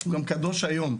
הוא גם קדוש היום,